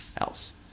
else